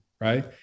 right